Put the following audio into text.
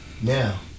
Now